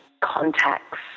contacts